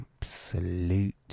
Absolute